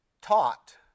taught